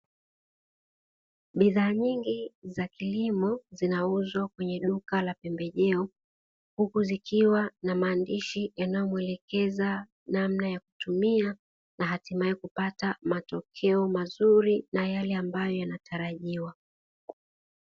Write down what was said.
Bidhaa nyingi za Zinauzwa kwenye duka la pembejeo, Huku zikiwa na maandishi yanayoelekeza namna ya kutumia, na hatimaye kupata matokeo mazuri na yale ambayo yanatarajiwa.